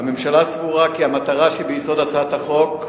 סבורה כי המטרה שביסוד הצעת החוק,